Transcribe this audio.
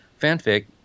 Fanfic